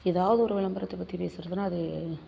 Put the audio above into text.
ஏதாவது ஒரு விளம்பரத்தை பற்றி பேசுறதுனால் அது